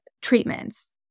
treatments